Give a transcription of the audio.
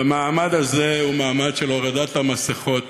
והמעמד הזה הוא מעמד של הורדת המסכות